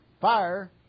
fire